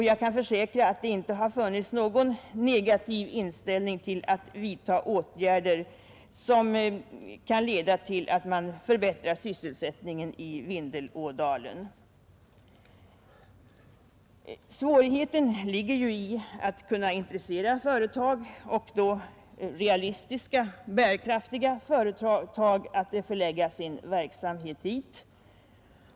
Jag kan försäkra att det inte har funnits någon negativ inställning till att finna åtgärder som kan leda till att man förbättrar sysselsättningen i Vindelådalen. Svårigheten ligger ju i att kunna intressera realistiska och bärkraftiga företag att förlägga sin verksamhet dit.